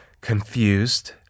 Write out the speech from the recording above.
confused